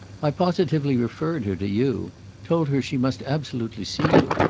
i positively referred her to you told her she must absolutely see you.